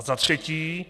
Za třetí.